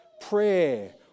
prayer